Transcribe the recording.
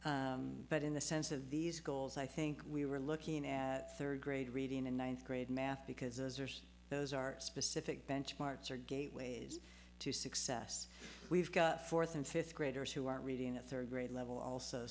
issue but in the sense of these goals i think we were looking at third grade reading and ninth grade math because those are specific benchmarks are gateways to success we've got fourth and fifth graders who aren't reading at third grade level also